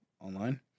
online